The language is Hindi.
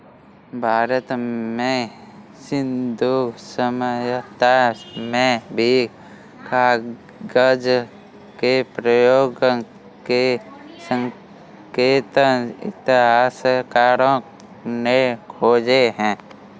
भारत में सिन्धु सभ्यता में भी कागज के प्रयोग के संकेत इतिहासकारों ने खोजे हैं